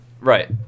Right